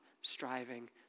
striving